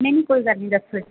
ਨਹੀਂ ਨਹੀਂ ਕੋਈ ਗੱਲ ਨਹੀਂ ਦੱਸੋ ਜੀ